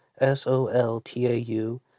S-O-L-T-A-U